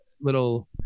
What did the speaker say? little